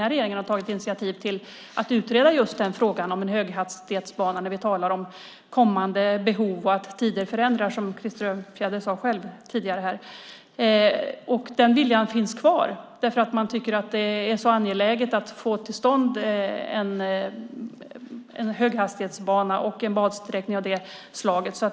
Regeringen har också tagit initiativ till att utreda just frågan om en höghastighetsbana när vi talar om kommande behov och att tider förändras, som Krister Örnfjäder själv sade tidigare. Den viljan finns kvar därför att man tycker att det är så angeläget att få till stånd en höghastighetsbana och en bansträckning av detta slag.